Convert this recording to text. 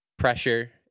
Pressure